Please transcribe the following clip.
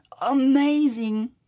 amazing